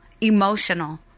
emotional